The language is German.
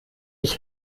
ich